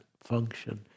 function